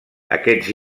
aquests